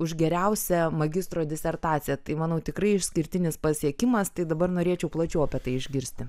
už geriausią magistro disertaciją tai manau tikrai išskirtinis pasiekimas tai dabar norėčiau plačiau apie tai išgirsti